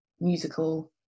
musical